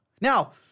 Now